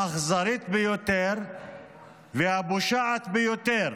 האכזרית ביותר והפושעת ביותר